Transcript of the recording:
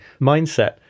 mindset